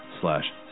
slash